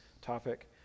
topic